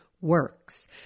works